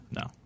No